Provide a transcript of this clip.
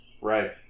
Right